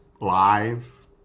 live